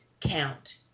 count